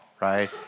right